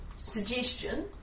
suggestion